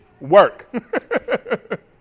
work